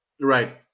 right